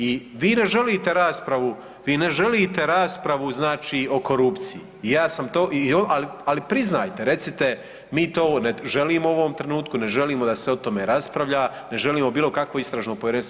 I vi ne želite raspravu, vi ne želite raspravu znači o korupciji i ja sam to, ali priznajte, recite mi to ne želimo u ovom trenutku, ne želimo da se o tome raspravlja, ne želimo bilo kakvo istražno povjerenstvo.